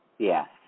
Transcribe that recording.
Yes